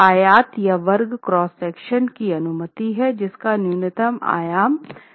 आयत या वर्ग क्रॉस सेक्शन की अनुमति है जिसका न्यूनतम आयाम निर्धारित हैं